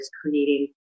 creating